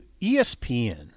ESPN